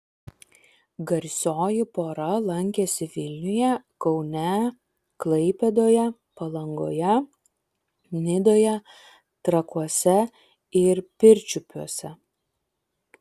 garsioji pora lankėsi vilniuje kaune klaipėdoje palangoje nidoje trakuose ir pirčiupiuose